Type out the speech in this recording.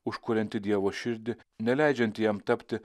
užkurianti dievo širdį neleidžiant jam tapti